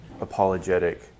apologetic